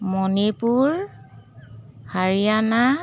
Manipur Haryana